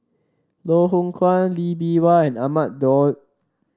Loh Hoong Kwan Lee Bee Wah and Ahmad Daud